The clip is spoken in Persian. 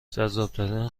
جذابترین